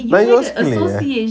நான் யோசிக்கலையே:naan yosikalayae